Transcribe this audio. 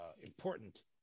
important